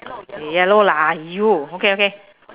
yellow lah !aiyo! okay okay